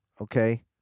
okay